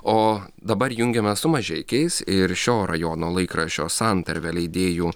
o dabar jungiamės su mažeikiais ir šio rajono laikraščio santarvė leidėju